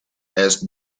asked